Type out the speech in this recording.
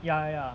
ya ya